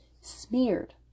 smeared